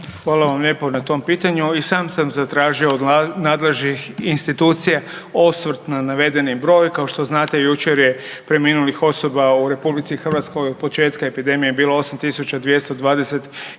Hvala vam lijepo na tom pitanju. I sam sam zatražio od nadležnih institucija osvrt na navedeni broj. Kao što znate jučer je preminulih osoba u Republici Hrvatskoj od početka epidemije bilo 8